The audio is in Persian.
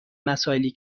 مسائلی